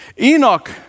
Enoch